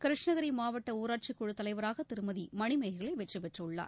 கிருஷ்ணகிரி மாவட்ட ஊராட்சிக் குழுத் தலைவராக திருமதி மணிமேகலை வெற்றி பெற்றுள்ளார்